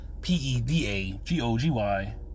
P-E-D-A-G-O-G-Y